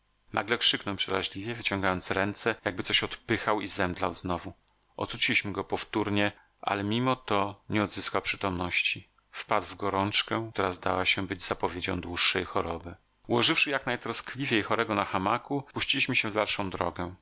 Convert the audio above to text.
nagle krzyknął przeraźliwie wyciągając ręce jakby coś odpychał i zemdlał znowu ocuciliśmy go powtórnie ale mimo to nie odzyskał przytomności wpadł w gorączkę która zda się być zapowiedzią dłuższej choroby ułożywszy jak najtroskliwiej chorego na hamaku puściliśmy się w dalszą drogę